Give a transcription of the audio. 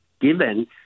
given